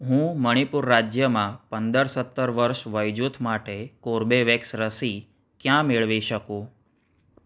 હું મણિપુર રાજ્યમાં પંદર સત્તર વર્ષ વયજૂથ માટે કોર્બેવેક્સ રસી ક્યાં મેળવી શકું